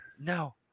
No